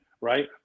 right